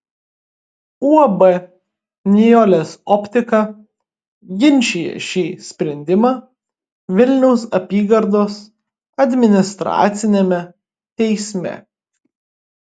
uab nijolės optika ginčija šį sprendimą vilniaus apygardos administraciniame teisme